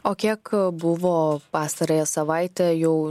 o kiek buvo pastarąją savaitę jau